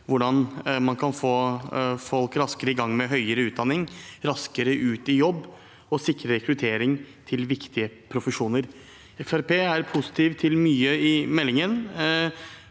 hvordan man kan få folk raskere i gang med høyere utdanning, raskere ut i jobb og sikre rekruttering til viktige profesjoner. Fremskrittspartiet er positiv til mye i meldingen,